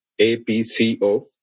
APCO